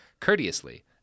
Courteously